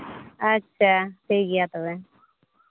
ᱟᱪᱪᱷᱟ ᱴᱷᱤᱠ ᱜᱮᱭᱟ ᱛᱚᱵᱮ